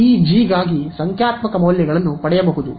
ಲ ಈ G ಗಾಗಿ ಸಂಖ್ಯಾತ್ಮಕ ಮೌಲ್ಯಗಳನ್ನು ಪಡೆಯಬಹುದು